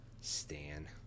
Stan